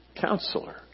counselor